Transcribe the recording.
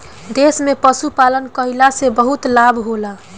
देश में पशुपालन कईला से बहुते लाभ होला